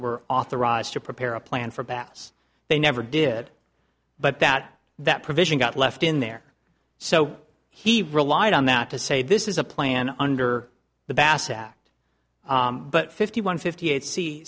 were authorized to prepare a plan for baths they never did but that that provision got left in there so he relied on that to say this is a plan under the bass act but fifty one fifty eight